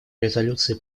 резолюции